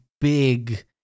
big